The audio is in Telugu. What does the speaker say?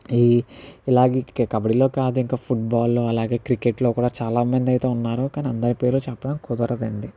ఈ ఇలాగే కబడ్డీలో కాదండి ఇంకా ఫుట్బాల్లో అలాగే క్రికెట్లో కూడా చాలామంది అయితే ఉన్నారు కానీ అందరి పేరు చెప్పడం కుదరదు అండి